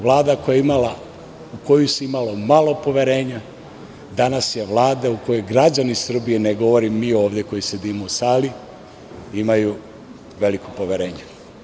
Vlada u koju se imalo malo poverenja, danas je Vlada u koju građani Srbije, ne govorim mi ovde koji sedimo u sali, imaju veliko poverenje.